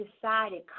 decided